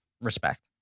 respect